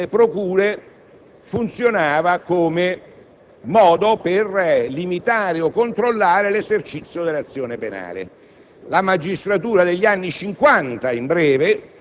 e l'organizzazione gerarchica delle procure funzionava come modo per limitare o controllare l'esercizio dell'azione penale: